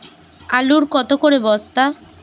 আলু কত করে বস্তা?